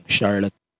Charlotte